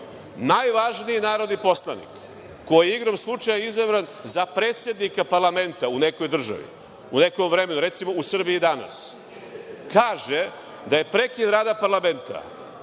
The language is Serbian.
najvažniji narodni poslanik, koji je igrom slučaja izabran za predsednika parlamenta u nekoj državi, u nekom vremenu, recimo u Srbiji danas, kaže da je prekid rada parlamenta